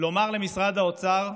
לומר למשרד האוצר: